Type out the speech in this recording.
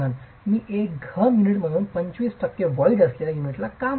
मी एक घन युनिट म्हणून 25 टक्के व्होईड असलेल्या युनिटला का मोजत आहे